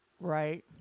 Right